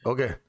Okay